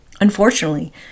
Unfortunately